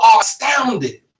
astounded